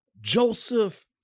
Joseph